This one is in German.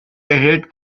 erhält